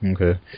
Okay